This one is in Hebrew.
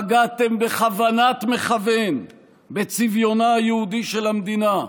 פגעתם בכוונת מכוון בצביונה היהודי של המדינה,